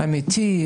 אמיתי,